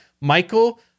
Michael